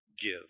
give